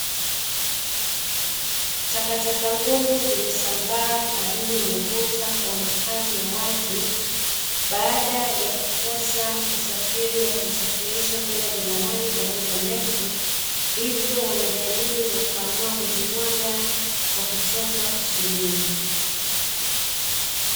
Takataka ngumu zimesambaa karibu na ukuta wa makazi ya watu baada ya kukosa usafiri wa kuzisafirisha kwenda jalalani kwa muda mrefu. Hivyo wanajamii wakaamua kuzimwaga kwa kuchoka kusubiri.